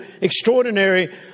extraordinary